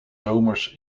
zomers